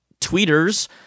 tweeters